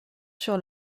sur